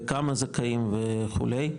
לכמה זכאים וכו',